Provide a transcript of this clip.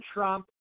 Trump